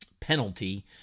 penalty